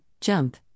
jump